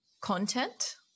content